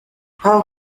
how